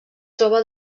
troba